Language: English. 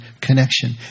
connection